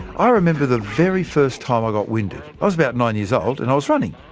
ah i remember the very first time i got winded. i was about nine years old, and i was running.